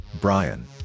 Brian